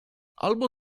albo